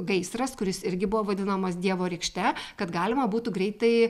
gaisras kuris irgi buvo vadinamas dievo rykšte kad galima būtų greitai